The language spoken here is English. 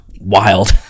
wild